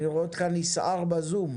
אני רואה אותך נסער בזום.